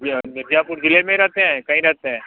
जी हाँ मिर्ज़ापुर ज़िले में रहते हैं कहीं रहते हैं